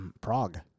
Prague